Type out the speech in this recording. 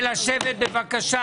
ינון שאל שאלה, תיתנו תשובה.